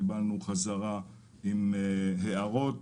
קיבלנו חזרה עם ההערות.